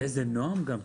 באיזה נועם גם כן.